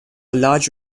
large